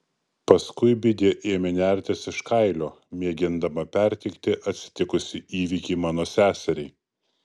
paskui bidė ėmė nertis iš kailio mėgindama perteikti atsitikusį įvykį mano seseriai